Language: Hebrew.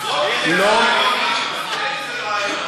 תן איזה רעיון.